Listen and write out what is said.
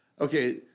okay